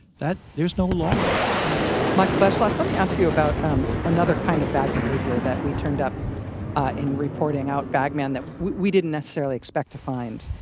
that there's no law on that michael beschloss, let me ask you about um another kind of bad behavior that we turned up in reporting out bag man that we we didn't necessarily expect to find.